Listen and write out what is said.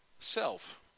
Self